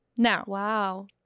Now